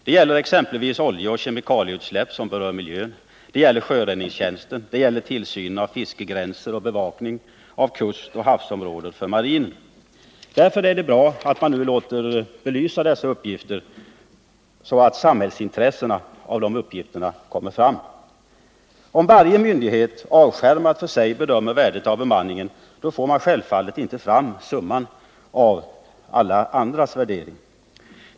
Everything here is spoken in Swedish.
Det gäller exempelvis vid oljeoch kemikalieutsläpp som berör miljön, för sjöräddningstjänsten, för tillsynen av fiskegränser och för bevakningen av kustoch havsområden för marinen. Därför är det bra att man nu låter belysa dessa uppgifter, så att samhällsintresset när det gäller dessa uppgifter kommer fram. Om varje myndighet avskärmad för sig bedömer värdet av bemanningen, får man självfallet inte fram summan av alla värderingarna.